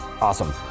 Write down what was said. Awesome